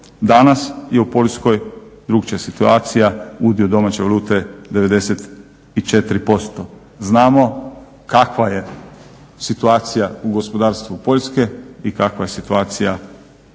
danas je u Poljskoj drukčija situacija, udio domaće valute je 94%. Znamo kakva je situaciju u gospodarstvu Poljske i kakva je situacija u